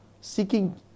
seeking